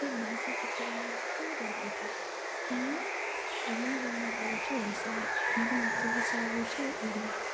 ସେ ଭାଷା ଶିଖିବାକୁ ଲାଗିଥାଏ ମୁଁ ଜନ୍ମଗ୍ରହଣ କରିଛି ଓଡ଼ିଶାରେ ମୋର ମାତୃଭାଷା ହେଉଛି ଓଡ଼ିଆ